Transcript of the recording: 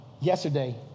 yesterday